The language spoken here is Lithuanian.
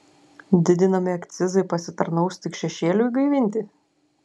didinami akcizai pasitarnaus tik šešėliui gaivinti